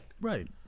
Right